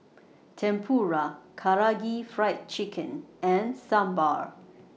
Tempura Karaage Fried Chicken and Sambar